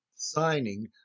signing